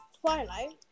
Twilight